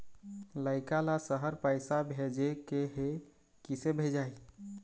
लइका ला शहर पैसा भेजें के हे, किसे भेजाही